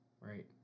right